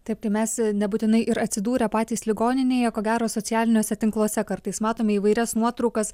taip tai mes nebūtinai ir atsidūrę patys ligoninėje ko gero socialiniuose tinkluose kartais matome įvairias nuotraukas